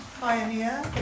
pioneer